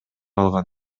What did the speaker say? алган